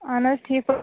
اَہَن حظ ٹھیٖک پٲٹھۍ